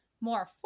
more